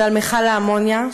ועל מכל האמוניה,